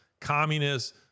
communists